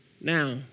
Now